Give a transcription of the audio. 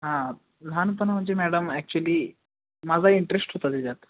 हां लहानपणा म्हणजे मॅडम ॲक्च्युली माझा इंटरेस्ट होता त्याच्यात